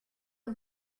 and